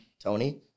Tony